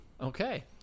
Okay